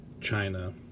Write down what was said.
China